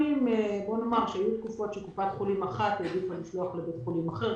היו תקופות שבהן קופת חולים אחת העדיפה לשלוח לבית חולים אחר,